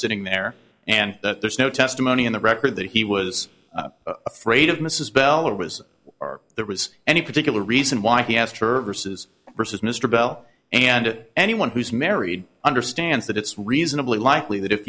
sitting there and that there's no testimony in the record that he was afraid of mrs bell or was or there was any particular reason why he asked her versus versus mr bell and anyone who's married understands that it's reasonably likely that if